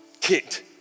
kicked